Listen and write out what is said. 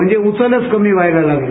म्हणजे उचलच कमी व्हायला लागली